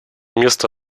места